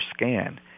scan